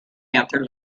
panther